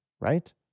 right